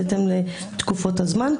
בהתאם לתקופות הזמן,